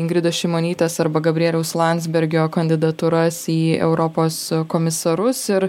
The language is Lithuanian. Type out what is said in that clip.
ingridos šimonytės arba gabrieliaus landsbergio kandidatūras į europos komisarus ir